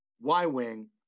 Y-Wing